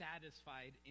satisfied